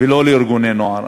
ולא לארגוני נוער.